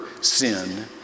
sin